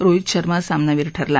रोहीत शर्मा सामनावीर ठरला